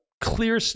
clear